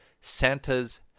Santa's